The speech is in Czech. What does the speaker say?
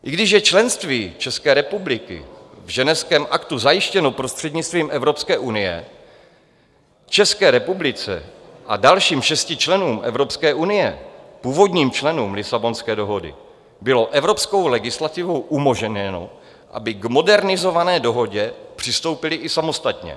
I když je členství České republiky v Ženevském aktu zajištěno prostřednictvím Evropské unie, České republice a dalším šesti členům Evropské unie, původním členům Lisabonské dohody, bylo evropskou legislativou umožněno, aby k modernizované dohodě přistoupili i samostatně.